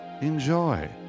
Enjoy